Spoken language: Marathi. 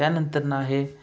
त्यानंतर आहे